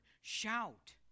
Shout